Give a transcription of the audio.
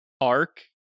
arc